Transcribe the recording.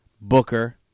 Booker